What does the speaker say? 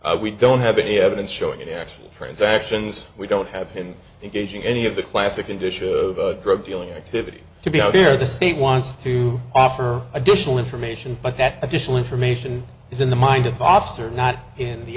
we don't have any evidence showing an actual transactions we don't have him engaged in any of the classic conditions of a drug dealing activity to be out there the state wants to offer additional information but that additional information is in the mind of officer not in the